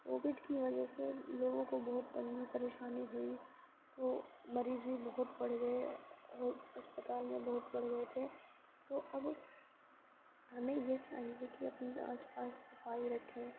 Covid کی وجہ سے لوگوں کو بہت تنگی پریشانی ہوئی وہ مریض بھی بہت بڑھ گئے اور اسپتال میں بہت بڑھ گئے تھے تو اب ہمیں یہ چاہیے کہ اپنے آس پاس صفائی رکھیں